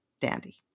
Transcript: dandy